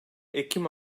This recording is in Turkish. ekim